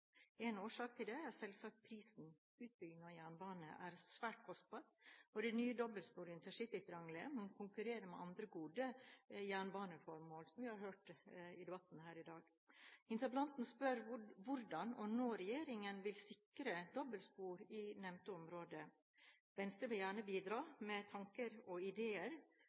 Én årsak til det er selvsagt prisen. Utbygging av jernbane er svært kostbart, og de nye dobbeltsporene i intercitytriangelet må konkurrere med andre gode jernbaneformål – som vi har hørt i debatten her i dag. Interpellanten spør hvordan og når regjeringen vil sikre dobbeltspor i nevnte område. Venstre vil gjerne bidra med tanker og ideer,